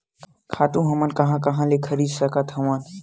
खातु हमन कहां कहा ले खरीद सकत हवन?